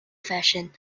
fashion